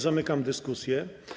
Zamykam dyskusję.